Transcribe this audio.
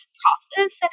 process